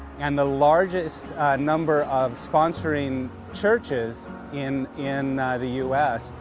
and the largest number of sponsoring churches in in the u s.